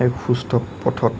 এক সুস্থ পথত